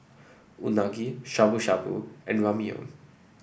Unagi Shabu Shabu and Ramyeon